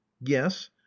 yes